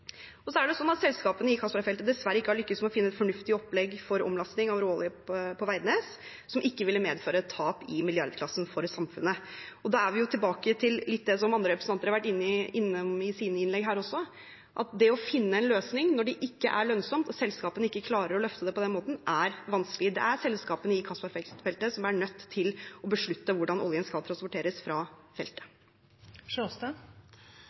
Selskapene i Johan Castberg-feltet har dessverre ikke lyktes med å finne et fornuftig opplegg for omlasting av råolje på Veidnes som ikke ville medføre et tap i milliardklassen for samfunnet. Da er vi tilbake til det som andre representanter har vært litt inne på i sine innlegg her også, at det å finne en løsning når det ikke er lønnsomt og selskapene ikke klarer å løfte det på den måten, er vanskelig. Det er selskapene på Johan Castberg-feltet som er nødt til å beslutte hvordan oljen skal transporteres fra